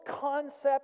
concept